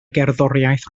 gerddoriaeth